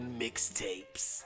mixtapes